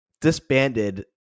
disbanded